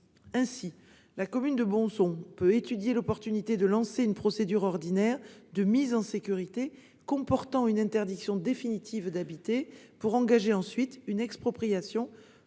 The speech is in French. l'espèce, la commune de Bonson peut étudier l'opportunité de lancer une procédure ordinaire de mise en sécurité comportant une interdiction définitive d'habiter, afin d'engager ensuite une expropriation